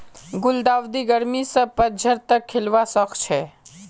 गुलदाउदी गर्मी स पतझड़ तक खिलवा सखछे